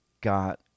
got